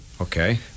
Okay